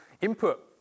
input